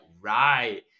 right